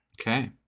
Okay